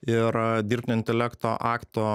ir a dirbtinio intelekto akto